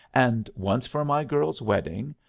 and once for my girl's wedding.